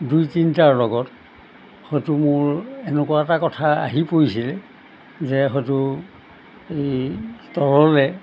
দুই তিনিটাৰ লগত হয়টো মোৰ এনেকুৱা এটা কথা আহি পৰিছিলে যে হয়টো এই তললৈ